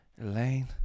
elaine